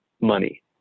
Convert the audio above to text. money